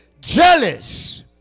Jealous